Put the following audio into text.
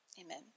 amen